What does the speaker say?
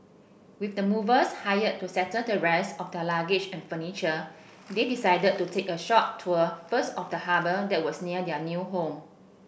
with the movers hired to settle the rest of their luggage and furniture they decided to take a short tour first of the harbour that was near their new home